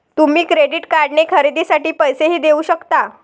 तुम्ही क्रेडिट कार्डने खरेदीसाठी पैसेही देऊ शकता